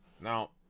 now